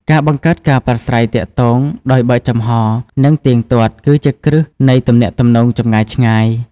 ការបង្កើតការប្រាស្រ័យទាក់ទងដោយបើកចំហ និងទៀងទាត់ គឺជាគ្រឹះនៃទំនាក់ទំនងចម្ងាយឆ្ងាយ។